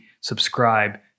subscribe